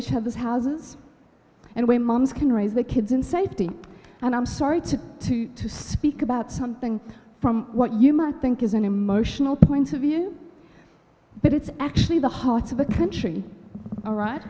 each other's houses and where moms can raise their kids in safety and i'm sorry to speak about something from what you might think is an emotional point of view but it's actually the heart of the country